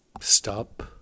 Stop